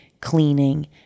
cleaning